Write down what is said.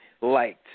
liked